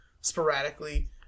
sporadically